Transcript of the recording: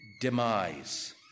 demise